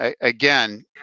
Again